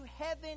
heaven